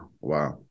Wow